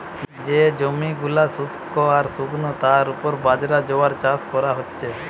যে জমি গুলা শুস্ক আর শুকনো তার উপর বাজরা, জোয়ার চাষ কোরা হচ্ছে